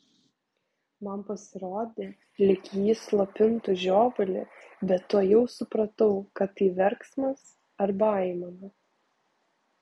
man pasirodė lyg ji slopintų žiovulį bet tuojau supratau kad tai verksmas arba aimana